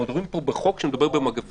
אנחנו מדברים פה בחוק שמדבר במגפה,